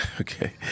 Okay